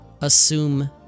assume